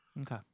Okay